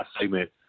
segment